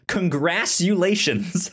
Congratulations